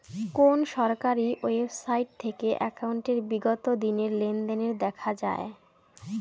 কোন সরকারি ওয়েবসাইট থেকে একাউন্টের বিগত দিনের লেনদেন দেখা যায়?